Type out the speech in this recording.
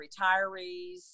retirees